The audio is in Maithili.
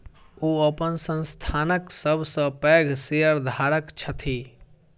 ओ अपन संस्थानक सब सॅ पैघ शेयरधारक छथि